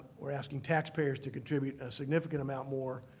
we're asking taxpayers to contribute a significant amount more,